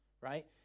right